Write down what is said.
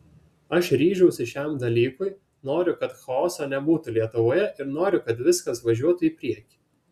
aš ryžausi šiam dalykui noriu kad chaoso nebūtų lietuvoje ir noriu kad viskas važiuotų į priekį